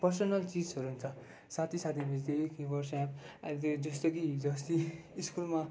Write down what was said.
personal चिजहरू त साथी साथीले त्यही वाट्सएप अहिले त्यो जस्तो कि हिजो अस्ति स्कुलमा